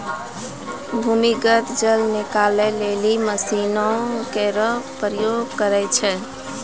भूमीगत जल निकाले लेलि मसीन केरो प्रयोग करै छै